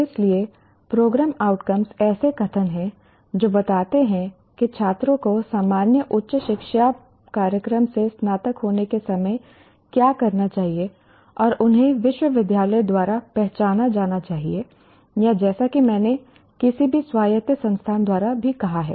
इसलिए programme outcome ऐसे कथन हैं जो बताते हैं कि छात्रों को सामान्य उच्च शिक्षा कार्यक्रम से स्नातक होने के समय क्या करना चाहिए और उन्हें विश्वविद्यालय द्वारा पहचाना जाना चाहिए या जैसा कि मैंने किसी भी स्वायत्त संस्थान द्वारा भी कहा है